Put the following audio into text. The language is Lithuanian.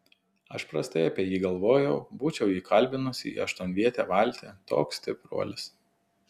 aš prastai apie jį galvojau būčiau jį kalbinusi į aštuonvietę valtį toks stipruolis